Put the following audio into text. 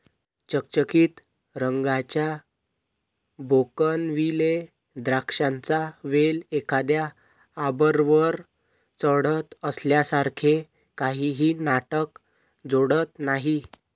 चकचकीत रंगाच्या बोगनविले द्राक्षांचा वेल एखाद्या आर्बरवर चढत असल्यासारखे काहीही नाटक जोडत नाही